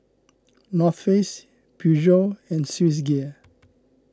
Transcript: North Face Peugeot and Swissgear